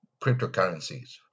cryptocurrencies